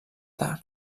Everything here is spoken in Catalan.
tard